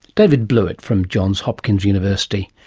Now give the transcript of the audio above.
david blewett from johns hopkins university.